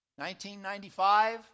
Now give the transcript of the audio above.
1995